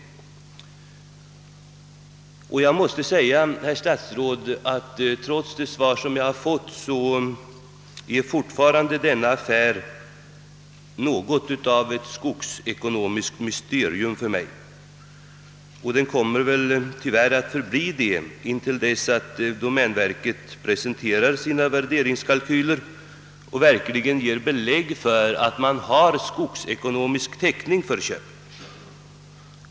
Trots det svar jag har fått av statsrådet är denna affär fortfarande något av ett skogsekonomiskt mysterium för mig, och den kommer väl tyvärr att förbli det intill dess att domänverket presenterar sina värderingskalkyler och verkligen ger belägg för att man har skogs " ekonomisk täckning för köpet.